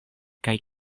kaj